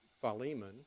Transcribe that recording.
Philemon